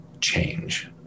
change